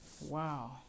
Wow